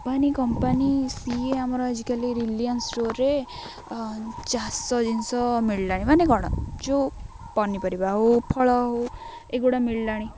Ambani company ସିଏ ଆମର ଆଜିକାଲି ରିଲଆନ୍ସ ଷ୍ଟୋର୍ରେ ଚାଷ ଜିନିଷ ମିଳିଲାଣି ମାନେ କ'ଣ ଯେଉଁ ପନିପରିବା ହଉ ଫଳ ହଉ ଏଗୁଡ଼ା ମିଳିଲାଣି